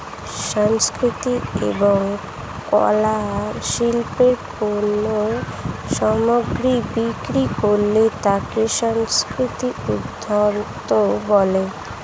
সাংস্কৃতিক এবং কলা শিল্পের পণ্য সামগ্রী বিক্রি করলে তাকে সাংস্কৃতিক উদ্যোক্তা বলে